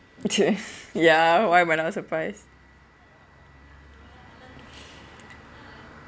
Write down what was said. !chey! ya why am I not surprised